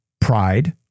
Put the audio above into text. pride